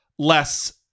less